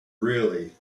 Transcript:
really